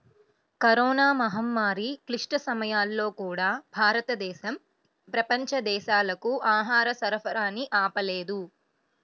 corona మహమ్మారి క్లిష్ట సమయాల్లో కూడా, భారతదేశం ప్రపంచ దేశాలకు ఆహార సరఫరాని ఆపలేదు